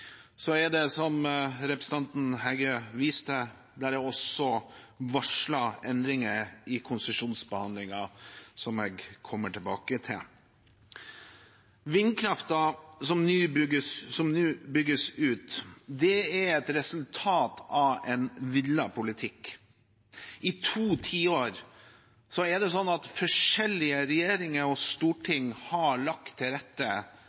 Så er det, som representanten Heggø viser til, også varslet endringer i konsesjonsbehandlingen, som jeg kommer tilbake til. Vindkraften som nå bygges ut, er et resultat av en villet politikk. I to tiår har forskjellige regjeringer og storting lagt til rette